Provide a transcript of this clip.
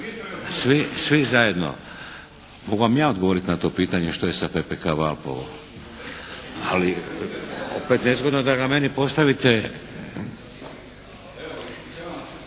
svi zajedno. Mogu vam ja odgovoriti na to pitanje što je sa PPK Valpovo. Ali opet nezgodno da ga meni postavite.